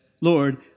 Lord